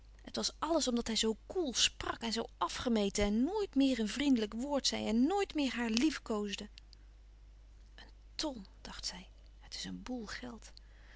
het was alles omdat hij zoo koel sprak en zoo afgemeten en nooit meer een vriendelijk woord zei en nooit meer haar liefkoosde een ton dacht zij het is een boel geld